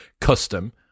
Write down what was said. custom